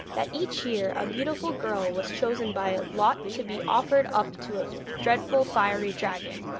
that each year a beautiful girl was chosen by lot to be offered up to a dreadful fiery dragon,